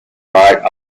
might